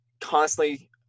constantly